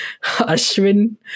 Ashwin